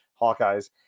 hawkeyes